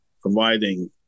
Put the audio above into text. providing